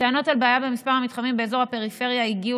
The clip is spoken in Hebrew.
הטענות על בעיה במספר המתחמים באזורי הפריפריה הגיעו